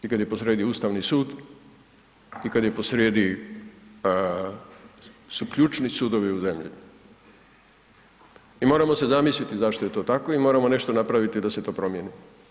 I kad je posrijedi Ustavni sud i kad je posrijedi su ključni sudovi u zemlji i moramo se zamisliti zašto je to tako i moramo nešto napraviti da se to promjeni.